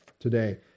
today